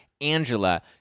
Angela